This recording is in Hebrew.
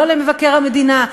לא למבקר המדינה,